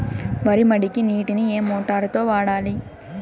వరి మడికి నీటిని ఏ మోటారు తో వాడాలి?